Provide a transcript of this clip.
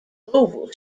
oval